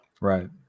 Right